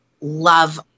love